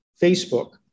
Facebook